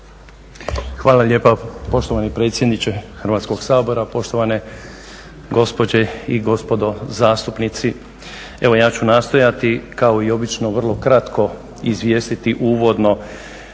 Hvala lijepa poštovani predsjedniče Hrvatskog sabora. Poštovane gospođe i gospodo zastupnici. Evo, ja ću nastojati kao i obično vrlo kratko izvijestiti uvodno